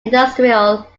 industrial